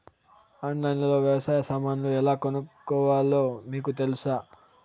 ఆన్లైన్లో లో వ్యవసాయ సామాన్లు ఎలా కొనుక్కోవాలో మీకు తెలుసా?